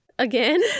again